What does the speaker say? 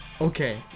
Okay